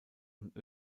und